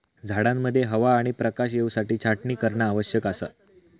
झाडांमध्ये हवा आणि प्रकाश येवसाठी छाटणी करणा आवश्यक असा